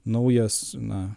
naujas na